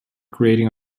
creating